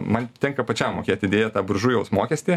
man tenka pačiam mokėti deja tą buržujaus mokestį